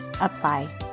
apply